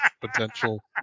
potential